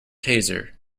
taser